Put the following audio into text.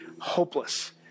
hopeless